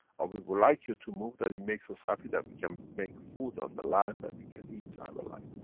or we would like you to move that it makes us happy that we can make food on the land, that we can eat to have a life.